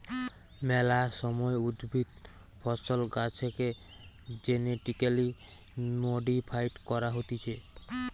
মেলা সময় উদ্ভিদ, ফসল, গাছেকে জেনেটিক্যালি মডিফাইড করা হতিছে